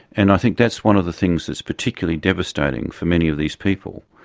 and i think that's one of the things that's particularly devastating for many of these people.